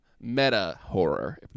meta-horror